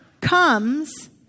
comes